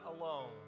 alone